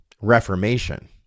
Reformation